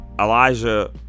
Elijah